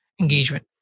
engagement